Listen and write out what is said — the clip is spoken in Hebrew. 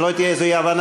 שלא תהיה איזו אי-הבנה,